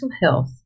health